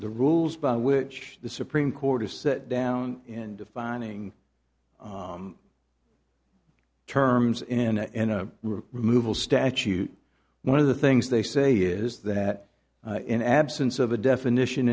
the rules by which the supreme court is set down in defining terms in removal statute one of the things they say is that in absence of a definition